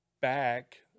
back